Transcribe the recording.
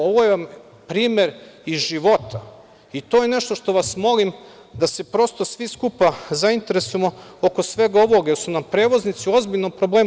Ovo je primer iz života i to je nešto što vas molim, da se prosto svi skupa zainteresujemo oko svega ovoga, jer su nam prevoznici u ozbiljnom problemu.